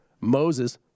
Moses